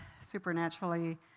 supernaturally